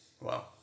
Wow